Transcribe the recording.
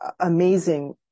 amazing